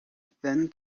then